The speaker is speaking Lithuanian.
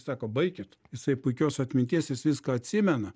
sako baikit jisai puikios atminties jis viską atsimena